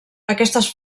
aquestes